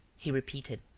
he repeated,